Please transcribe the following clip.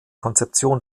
konzeption